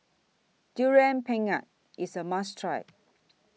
Durian Pengat IS A must Try